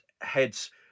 heads